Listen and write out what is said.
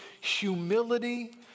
humility